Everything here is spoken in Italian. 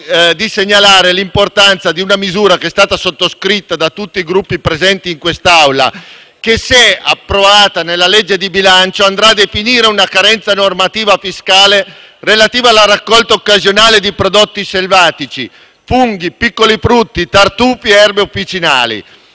di segnalare l'importanza di una misura che è stata sottoscritta da tutti i Gruppi presenti in quest'Aula e che, se approvata nella legge di bilancio, andrà a definire una carenza normativa fiscale relativa alla raccolta occasionale di prodotti selvatici (funghi, piccoli frutti, tartufi e erbe officinali).